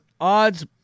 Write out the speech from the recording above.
odds